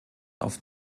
auf